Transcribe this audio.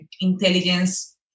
intelligence